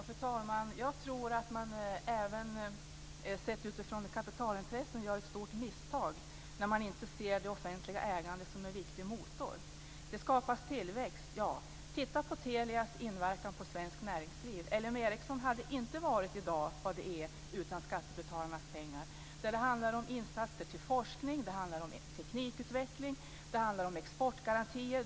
Fru talman! Jag tror att man även sett utifrån kapitalintressen gör ett stort misstag när man inte ser det offentliga ägandet som en viktig motor. Det skapas tillväxt. Titta på Telias inverkan på svenskt näringsliv. LM Ericsson hade inte i dag varit vad det är utan skattebetalarnas pengar. Det handlar om insatser till forskning. Det handlar om teknikutveckling. Det handlar om exportgarantier.